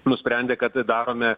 nusprendė kad darome